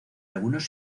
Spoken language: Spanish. algunos